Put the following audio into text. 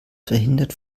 verhindert